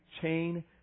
chain